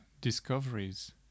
discoveries